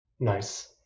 Nice